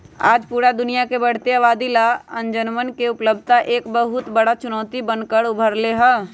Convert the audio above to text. आज पूरा दुनिया के बढ़ते आबादी ला अनजवन के उपलब्धता एक बहुत बड़ा चुनौती बन कर उभर ले है